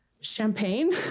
champagne